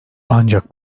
ancak